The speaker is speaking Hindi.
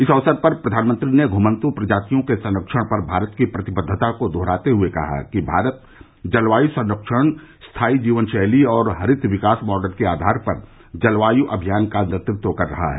इस अवसर पर प्रधानमंत्री ने घुमन्तू प्रजातियों के संरक्षण पर भारत की प्रतिबद्वता को दोहराते हुए कहा कि भारत जलवाय संरक्षण स्थाई जीवन शैली और हरित विकास मॉडल के आधार पर जलवायु अभियान का नेतृत्व कर रहा है